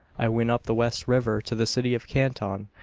i went up the west river to the city of canton.